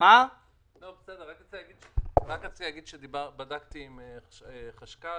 רק רציתי להגיד שבדקתי עם החשכ"ל.